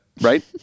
right